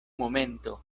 momento